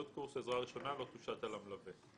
עלות קורס עזרה ראשונה לא תושת על המלווה.